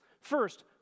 First